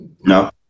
No